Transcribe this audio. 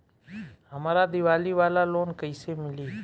हमरा दीवाली वाला लोन कईसे मिली?